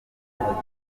cyangwa